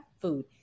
food